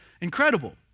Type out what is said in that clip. incredible